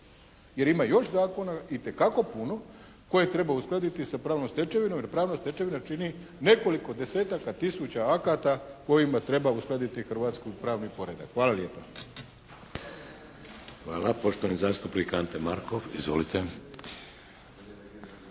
Jer ima još zakona itekako puno koje treba uskladiti sa pravnom stečevinom, jer pravna stečevina čini nekoliko desetaka, tisuća akata kojima treba uskladiti Hrvatsku i pravni poredak. Hvala lijepa. **Šeks, Vladimir (HDZ)** Hvala. Poštovani zastupnik Ante Markov. Izvolite!